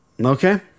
Okay